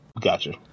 Gotcha